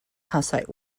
hussite